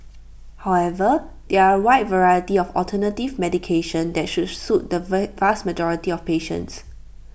however there are A wide variety of alternative medication that should suit the vast majority of patients